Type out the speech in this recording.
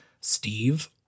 Steve